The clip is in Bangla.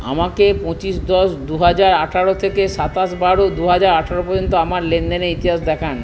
আমাকে পঁচিশ দশ দু হাজার আঠারো থেকে সাতাশ বারো দু হাজার আঠারো পর্যন্ত আমার লেনদেনের ইতিহাস দেখান